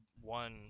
one